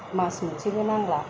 मास मोनसेबो नांला